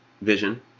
vision